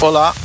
Olá